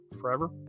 Forever